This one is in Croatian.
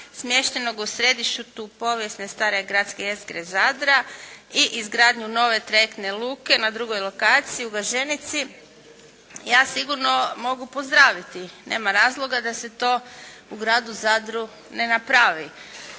smještenog u središtu povijesne stare gradske jezgre Zadra i izgradnju nove trajektne luke na drugoj lokaciji, na Galženici ja sigurno mogu pozdraviti. Nema razloga da se to u gradu Zadru ne napravi.